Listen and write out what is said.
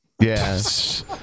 Yes